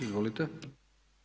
Izvolite.